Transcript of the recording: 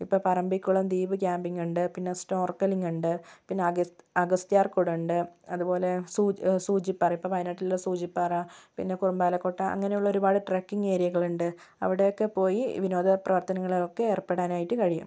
ഇപ്പം Parambikulam deep camping ഉണ്ട് പിന്നെ സ്റ്റോർക്കലിങ്ങ് ഉണ്ട് പിന്നെ അഗാ അഗസ്ത്യാർകൂടം ഉണ്ട് അതുപോലെ സൂ സൂചിപ്പാറ ഇപ്പം വായനാട്ടിലുള്ള സൂചിപ്പാറ പിന്നെ കുറുമ്പാല കോട്ട അങ്ങനെയുള്ള ഒരുപാട് ട്രക്കിങ് ഏരിയകളുണ്ട് അവിടേക്കൊക്കെ പോയി വിനോദ പ്രവർത്തനങ്ങളിലൊക്കെ ഏർപ്പെടാനായിട്ട് കഴിയും